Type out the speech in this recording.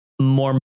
more